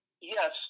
yes